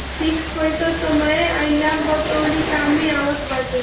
fix पईसा समय आईला पअ तोहरी कामे आवत बाटे